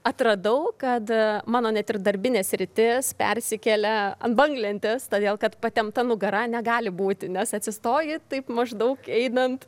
atradau kad mano net ir darbinė sritis persikelia ant banglentės todėl kad patempta nugara negali būti nes atsistoji taip maždaug einant